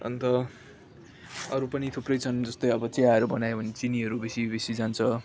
अन्त अरू पनि थुप्रै छन् जस्तै अब चियाहरू बनायो भने चिनीहरू बेसी बेसी जान्छ